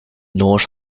north